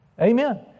Amen